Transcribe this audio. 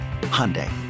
Hyundai